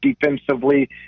defensively